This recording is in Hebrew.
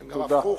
תודה.